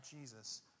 Jesus